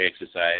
exercise